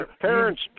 parents